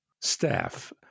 staff